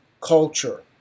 culture